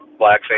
Blackface